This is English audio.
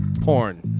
Porn